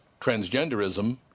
transgenderism